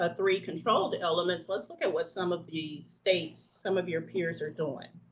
ah three controlled elements let's look at what some of the states, some of your peers are doing.